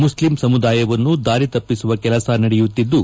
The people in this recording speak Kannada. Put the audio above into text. ಮುಸ್ಲಿಂ ಸಮುದಾಯವನ್ನು ದಾರಿ ತಪ್ಪಿಸುವ ಕೆಲಸ ನಡೆಯುತ್ತಿದ್ದು